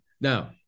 Now